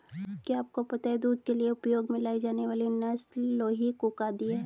क्या आपको पता है दूध के लिए उपयोग में लाई जाने वाली नस्ल लोही, कूका आदि है?